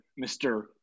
Mr